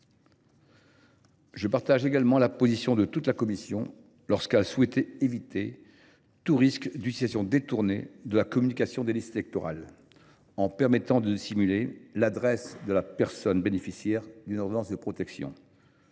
Je partage également la position de la commission consistant à éviter tout risque d’utilisation détournée de la communication des listes électorales, et ce en permettant de dissimuler l’adresse de la personne bénéficiaire d’une ordonnance de protection